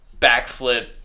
backflip